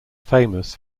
famous